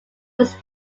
was